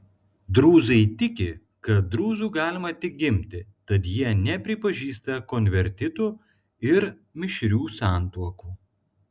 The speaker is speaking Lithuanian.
drūzai tiki kad drūzu galima tik gimti tad jie nepripažįsta konvertitų ir mišrių santuokų